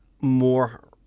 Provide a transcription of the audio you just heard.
more